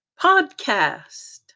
podcast